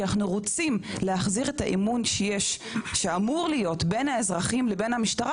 כי אנחנו רוצים להחזיר את האמון שאמור להיות בין האזרחים לבין המשטרה,